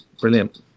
brilliant